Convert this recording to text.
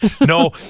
No